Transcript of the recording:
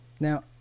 Now